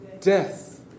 Death